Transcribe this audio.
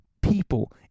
people